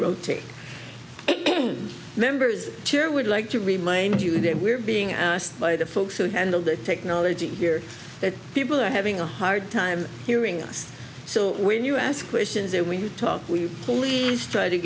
rotate members chair would like to remind you that we're being asked by the folks who handle the technology here that people are having a hard time hearing us so when you ask questions that we talk we only try to